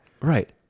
Right